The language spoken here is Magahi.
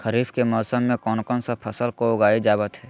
खरीफ के मौसम में कौन कौन सा फसल को उगाई जावत हैं?